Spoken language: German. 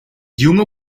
junge